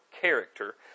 character